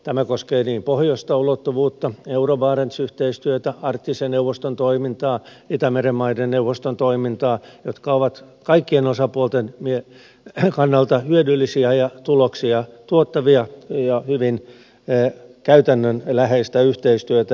tämä koskee pohjoista ulottuvuutta euro barents yhteistyötä arktisen neuvoston toimintaa itämeren maiden neuvoston toimintaa jotka ovat kaikkien osapuolten kannalta hyödyllistä ja tuloksia tuottavaa ja hyvin käytännönläheistä yhteistyötä